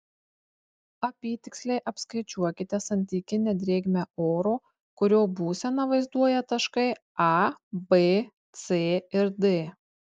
apytiksliai apskaičiuokite santykinę drėgmę oro kurio būseną vaizduoja taškai a b c ir d